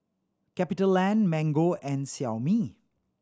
CapitaLand Mango and Xiaomi